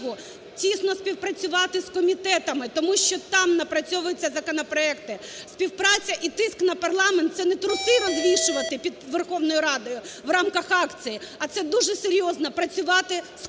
тісно співпрацювати з комітетами, тому що там напрацьовуються законопроекти. Співпраця і тиск на парламент – це не труси розвішувати під Верховною Радою в рамках акції, а це дуже серйозно працювати з комітетами